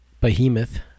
Behemoth